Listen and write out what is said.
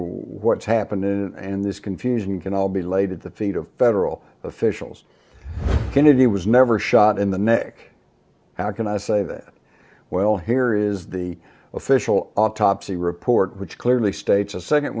what's happened and this confusion can all be laid at the feet of federal officials kennedy was never shot in the neck how can i say that well here is the official autopsy report which clearly states a se